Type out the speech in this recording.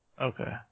Okay